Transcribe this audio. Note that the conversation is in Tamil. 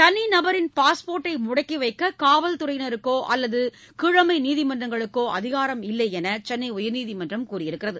தனி நபரின் பாஸ்போட்டை முடக்கி வைக்க காவல்துறையினருக்கோ அல்லது கீழமை நீதிமன்றங்களுக்கோ அதிகாரம் இல்லை என்று சென்னை உயர்நீதிமன்றம் கூறியுள்ளது